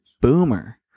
boomer